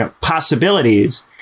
possibilities